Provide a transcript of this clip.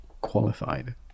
qualified